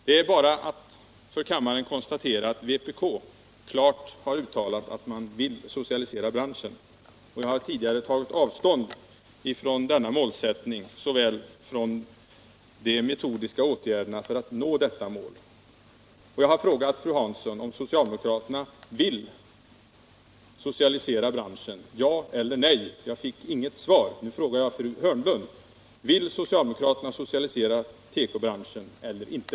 Det är bara att för kammaren konstatera att vpk klart har uttalat att man vill socialisera branschen. Tidigare har jag tagit avstånd från såväl denna målsättning som de metodiska åtgärderna för att nå det målet. Jag har frågat fru Hansson om socialdemokraterna vill socialisera branschen — ja eller nej — och jag fick inget svar. Nu frågar jag fru Hörnlund: Vill socialdemokraterna socialisera tekobranschen eller inte?